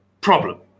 problem